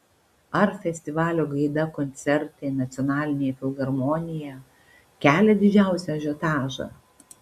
ar festivalio gaida koncertai nacionalinėje filharmonijoje kelia didžiausią ažiotažą